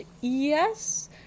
yes